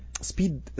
speed